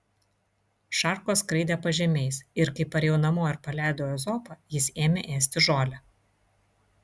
šarkos skraidė pažemiais ir kai parėjau namo ir paleidau ezopą jis ėmė ėsti žolę